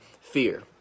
fear